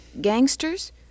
Gangsters